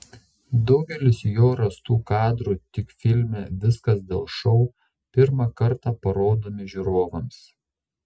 daugelis jo rastų kadrų tik filme viskas dėl šou pirmą kartą parodomi žiūrovams